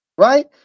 Right